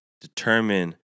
determine